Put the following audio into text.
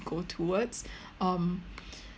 go towards um